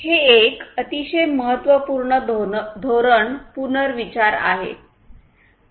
हे एक अतिशय महत्त्वपूर्ण धोरण पुनर्विचार आहे